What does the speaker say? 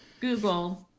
Google